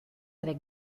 avec